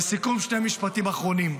לסיכום, שני משפטים אחרונים.